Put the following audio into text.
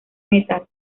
metal